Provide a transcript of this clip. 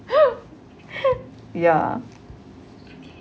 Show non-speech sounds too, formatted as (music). (laughs) ya